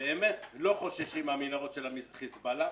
אנחנו לא חוששים מהמנהרות של חזבאללה,